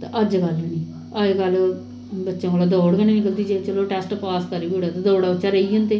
ते अजकल्ल नी अजकल्ल बच्चैं कोला दा दोड़ गै नेईं निकलदी चलो टैस्ट पास करी ओड़ग दौड़ै चै दा रेही जंदे